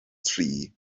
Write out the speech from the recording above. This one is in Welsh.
tri